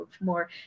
more